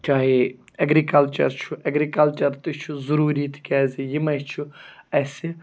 چاہے اٮ۪گرِکَلچَر چھُ اٮ۪گرِکَلچَر تہِ چھُ ضٔروٗری تِکیٛازِ یِمَے چھُ اَسہِ